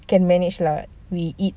can manage lah we eat